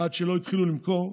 עד שלא התחילו למכור,